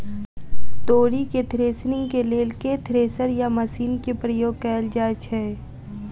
तोरी केँ थ्रेसरिंग केँ लेल केँ थ्रेसर या मशीन केँ प्रयोग कैल जाएँ छैय?